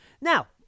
Now